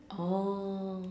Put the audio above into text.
oh